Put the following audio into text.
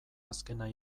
azkena